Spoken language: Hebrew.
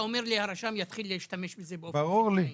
אומר שהרשם יתחיל להשתמש בזה- -- ברור לי.